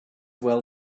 well